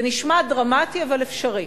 זה נשמע דרמטי, אבל אפשרי.